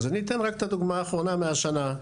אני אתן את הדוגמה האחרונה מהשנה,